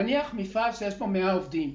ניקח מפעל שיש בו 100 עובדים.